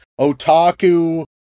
otaku